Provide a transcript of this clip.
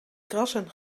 krassen